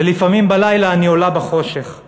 ולפעמים בלילה אני עולה בחושך";